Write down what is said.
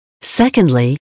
Secondly